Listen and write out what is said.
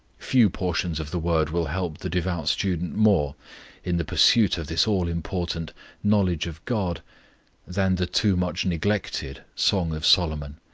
few portions of the word will help the devout student more in the pursuit of this all-important knowledge of god than the too-much neglected song of solomon.